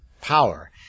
power